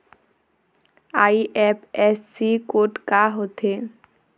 IFSC code का होथे?